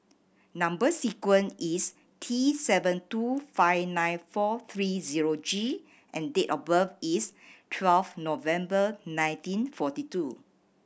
number sequence is T seven two five nine four three zero G and date of birth is twelve November nineteen forty two